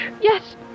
Yes